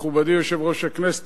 מכובדי יושב-ראש הכנסת,